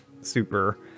super